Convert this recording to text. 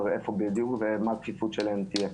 איפה בדיוק ומה הכפיפות שלהן תהיה.